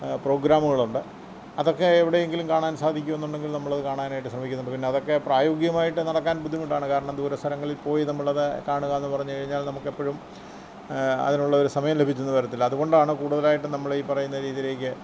പ്രോഗ്രാമുകളുണ്ട് അതൊക്കെ എവിടെയെങ്കിലും കാണാൻ സാധിക്കുന്നുണ്ടങ്കിൽ നമ്മളത് കാണാനായിട്ട് ശ്രമിക്കുന്നുണ്ട് പിന്നെ അതൊക്കെ പ്രായോഗികമായിട്ട് നടക്കാൻ ബുദ്ധിമുട്ടാണ് കാരണം ദൂരെ സ്ഥലങ്ങളിൽ പോയി നമ്മളത് കാണുകയെന്നു പറഞ്ഞുകഴിഞ്ഞാൽ നമുക്കെപ്പഴും അതിനുള്ളൊരു സമയം ലഭിച്ചെന്ന് വരത്തില്ല അതുകൊണ്ടാണ് കൂടുതലായിട്ടും നമ്മളീ പറയുന്ന രീതിയിലേക്ക്